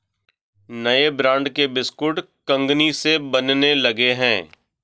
नए ब्रांड के बिस्कुट कंगनी से बनने लगे हैं